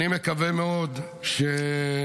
אני מקווה מאוד שנתעשת.